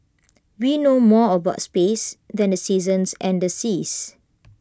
we know more about space than the seasons and the seas